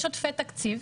יש עודפי תקציב,